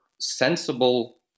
sensible